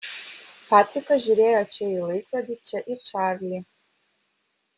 patrikas žiūrėjo čia į laikrodį čia į čarlį